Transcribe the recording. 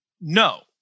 No